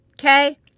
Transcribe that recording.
Okay